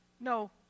No